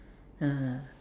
(uh huh)